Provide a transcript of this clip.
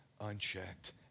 unchecked